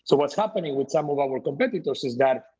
so what's happening with some of our competitors is that,